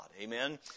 Amen